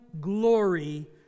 glory